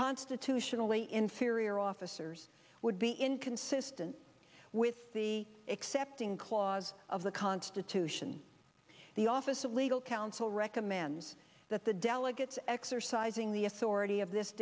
constitutionally inferior officers would be inconsistent with the excepting clause of the constitution the office of legal counsel recommends that the delegates exercising the authority of this